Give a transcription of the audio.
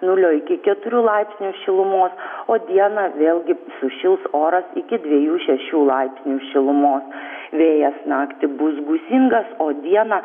nulio iki keturių laipsnių šilumos o dieną vėlgi sušils oras iki dviejų šešių laipsnių šilumos vėjas naktį bus gūsingas o dieną